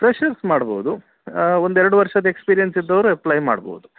freshers ಮಾಡ್ಬೋದು ಒಂದು ಎರಡು ವರ್ಷದ ಎಕ್ಸ್ಪೀರಿಯನ್ಸ್ ಇದ್ದೋವ್ರು ಎಪ್ಲಾಯ್ ಮಾಡ್ಬೋದು